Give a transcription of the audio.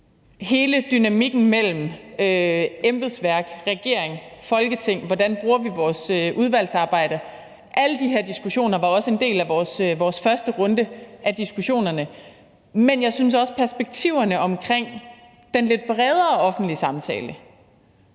Hele dynamikken mellem embedsværk, regering og Folketing, og hvordan vi bruger vores udvalgsarbejde – alle de her diskussioner var også en del af vores første runde af diskussionerne. Men der er også perspektiverne ved den lidt bredere offentlige samtale,